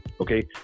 okay